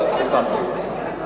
אתה יכול, אדוני השר, סליחה.